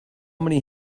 many